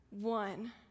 one